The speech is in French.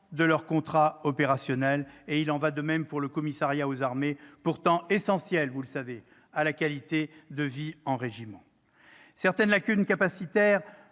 de leur contrat opérationnel. Il en va de même du commissariat aux armées, pourtant essentiel à la qualité de vie en régiment. Certaines lacunes capacitaires